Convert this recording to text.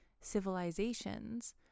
civilizations